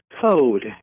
code